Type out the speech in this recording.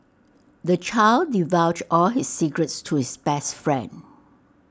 the child divulged all his secrets to his best friend